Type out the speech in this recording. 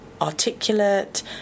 articulate